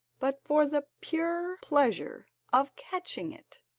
but for the pure pleasure of catching it.